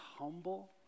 humble